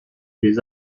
des